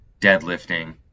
deadlifting